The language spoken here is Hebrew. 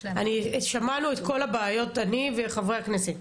שמענו את כל הבעיות אני וחברי הכנסת,